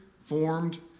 formed